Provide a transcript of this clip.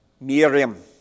Miriam